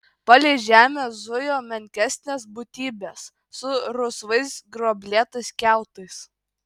palei žemę zujo menkesnės būtybės su rusvais gruoblėtais kiautais